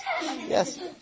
Yes